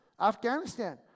Afghanistan